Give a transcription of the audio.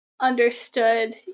understood